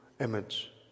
image